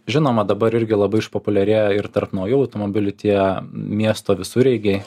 žinoma dabar irgi labai išpopuliarėjo ir tarp naujų automobilių tie miesto visureigiai